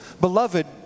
Beloved